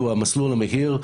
המסלול המהיר,